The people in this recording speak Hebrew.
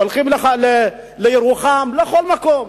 הולכים לירוחם, לכל מקום.